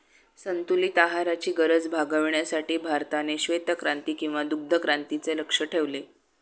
संतुलित आहाराची गरज भागविण्यासाठी भारताने श्वेतक्रांती किंवा दुग्धक्रांतीचे लक्ष्य ठेवले